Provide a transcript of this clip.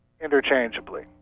interchangeably